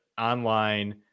online